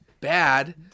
bad